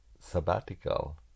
sabbatical